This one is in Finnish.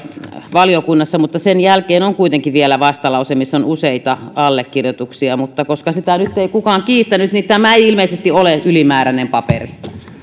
valiokunnassa mutta sen jälkeen on kuitenkin vielä vastalause missä on useita allekirjoituksia mutta koska sitä nyt ei kukaan kiistänyt niin tämä ei ilmeisesti ole ylimääräinen paperi